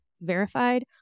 verified